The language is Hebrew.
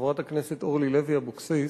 חברת הכנסת אורלי לוי אבקסיס,